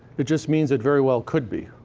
it just means it very well could be.